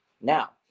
Now